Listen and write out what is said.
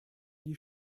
die